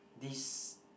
this